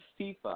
FIFA